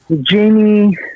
Jamie